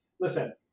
Listen